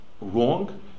wrong